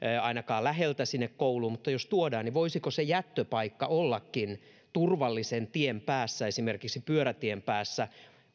ainakaan läheltä sinne kouluun mutta jos tuodaan niin voisiko se jättöpaikka ollakin turvallisen tien päässä esimerkiksi pyörätien päässä